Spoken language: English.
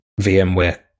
VMware